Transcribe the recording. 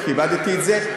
וכיבדתי את זה.